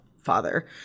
father